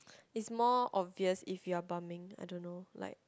is more obvious if you're bumming I don't know like